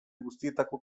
guztietako